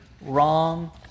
wrong